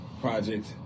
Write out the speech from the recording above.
project